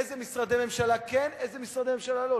איזה משרדי ממשלה כן ואיזה משרדי ממשלה לא.